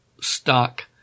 stock